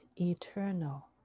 eternal